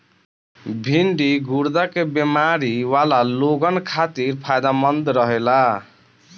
भिन्डी गुर्दा के बेमारी वाला लोगन खातिर फायदमंद रहेला